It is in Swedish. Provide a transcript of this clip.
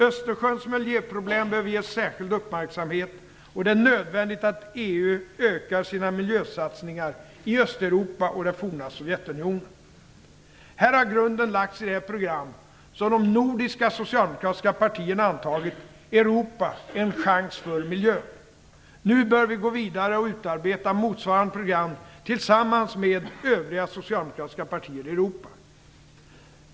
Östersjöns miljöproblem behöver ges särskild uppmärksamhet, och det är nödvändigt att EU ökar sina miljösatsningar i Östeuropa och det forna Här har grunden lagts i det program som de nordiska socialdemokratiska partierna har antagit: Europa - en chans för miljön. Nu bör vi gå vidare och utarbeta motsvarande program tillsammans med övriga socialdemokratiska partier i Europa.